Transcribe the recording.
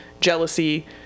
jealousy